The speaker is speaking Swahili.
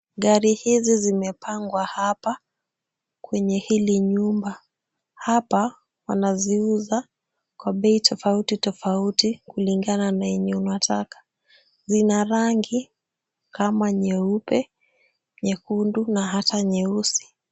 Gari hizi zimepangwa hapa kwenye hili nyumba. Hapa, wanaziuza kwa bei tofauti tofauti kulingana na yenye unataka. Zina rangi kama nyeupe, nyekundu na hata nyeusi.